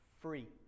free